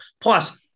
Plus